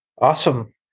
awesome